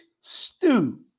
stew